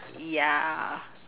ya